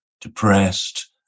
depressed